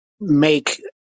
make